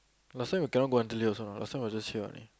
last time you cannot go until late also last time we just hear only